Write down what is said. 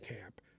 camp